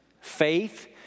faith